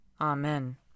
Amen